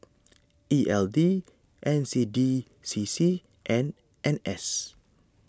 E L D N C D C C and N S